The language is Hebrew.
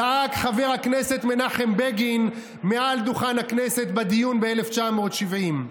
זעק חבר הכנסת מנחם בגין מעל דוכן הכנסת בדיון ב-1970.